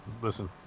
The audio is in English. listen